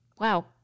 Wow